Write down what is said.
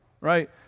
right